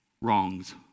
wrongs